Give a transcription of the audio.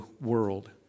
world